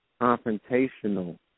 confrontational